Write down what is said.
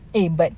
eh but